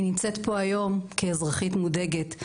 אני נמצאת פה היום כאזרחית מודאגת.